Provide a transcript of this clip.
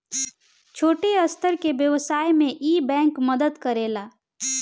छोट स्तर के व्यवसाय में इ बैंक मदद करेला